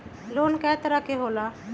Loan कय तरह के होला?